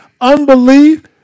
unbelief